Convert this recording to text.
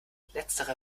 letztere